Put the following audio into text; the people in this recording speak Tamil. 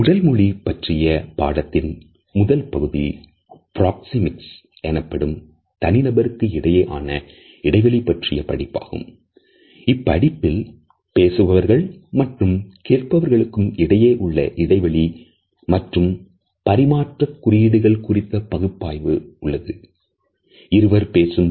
உடல் மொழி பற்றிய பாடத்தில் முதல் பகுதி பிராக்ஸி மிக்ஸ் எனப்படும் தனிநபர்கள் கிடையே ஆன இடைவெளி பற்றிய படிப்பாகும்